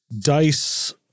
dice